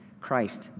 Christ